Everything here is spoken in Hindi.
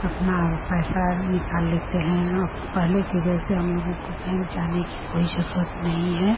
अपना पैसा निकाल लेते हैं अब पहले के जैसे हमलोगों को बैंक जाने की कोई ज़रूरत नहीं है